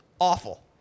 awful